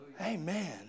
Amen